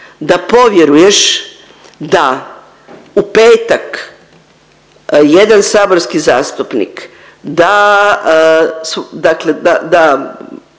da povjeruješ da u petak jedan saborski zastupnik da